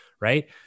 Right